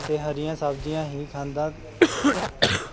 ਅਤੇ ਹਰੀਆਂ ਸਬਜ਼ੀਆਂ ਹੀ ਖਾਂਦਾ